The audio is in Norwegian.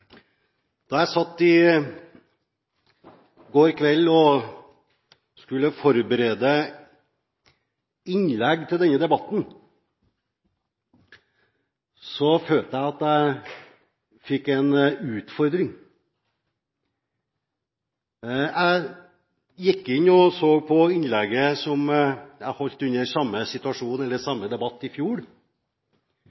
Da jeg i går kveld satt og skulle forberede innlegg til denne debatten, følte jeg at jeg fikk en utfordring. Jeg gikk inn og så på innlegget som jeg holdt under samme